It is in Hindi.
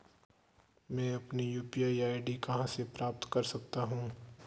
अब मैं अपनी यू.पी.आई आई.डी कहां से प्राप्त कर सकता हूं?